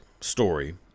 story